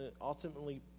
ultimately